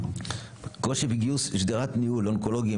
כמו שבגיוס שדרת ניהול אונקולוגים,